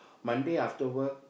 Monday after work